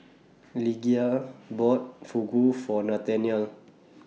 Lydia bought Fugu For Nathanael